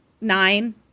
nine